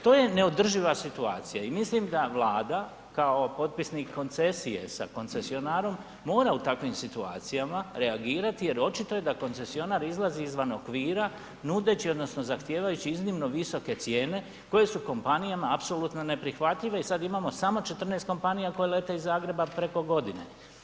To je neodrživa situacija i mislim da Vlada kao potpisnik koncesije sa koncesionarom, mora u takvim situacijama reagirati jer očito je to da koncesionar izlazi izvan okvira nudeći odnosno zahtijevajući iznimno visoke cijene koje su kompanijama apsolutno neprihvatljive i sad imamo samo 14 kompanija koje lete iz Zagreba preko godine.